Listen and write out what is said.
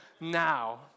now